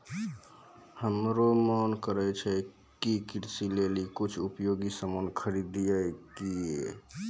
हमरो मोन करै छै कि कृषि लेली कुछ उपयोगी सामान खरीदै कै